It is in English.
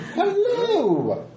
Hello